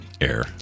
air